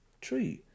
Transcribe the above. true